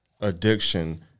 addiction